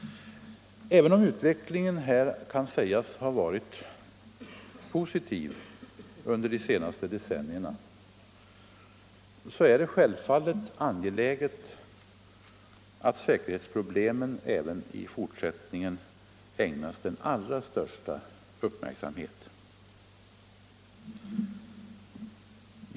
Även om utvecklingen kan sägas ha varit positiv under de senaste decennierna är det självfallet angeläget att säkerhetsproblemen även i fortsättningen ägnas den allra största uppmärksamhet.